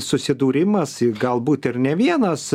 susidūrimas galbūt ir ne vienas